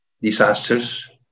disasters